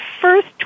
first